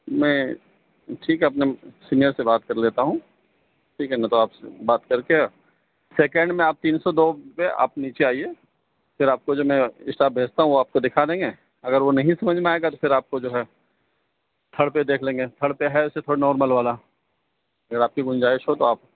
میں ٹھیک ہے اپنے سینئیر سے بات کر لیتا ہوں ٹھیک ہے میں تو بات کر کے سیکینڈ میں آپ تین سو دو پہ آپ نیچے آئیے پھر آپ کو جو میں اسٹاف بھیجتا ہوں وہ آپ کو دکھا دیں گے اگر وہ نہیں سمجھ میں آئے گا تو پھر آپ کو جو ہے تھرڈ پہ دیکھ لیں گے تھرڈ پہ ہے تھوڑے نارمل والا اگر آپ کی گنجائش ہو تو آپ